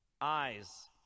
eyes